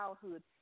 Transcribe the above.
childhood